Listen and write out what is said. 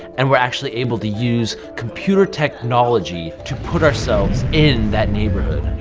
and we're actually able to use computer technology to put ourselves in that neighborhood.